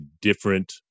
different